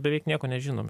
beveik nieko nežinom